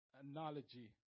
analogy